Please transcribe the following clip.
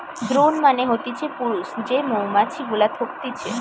drone মানে হতিছে পুরুষ যে মৌমাছি গুলা থকতিছে